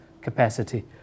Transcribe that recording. capacity